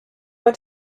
want